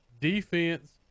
defense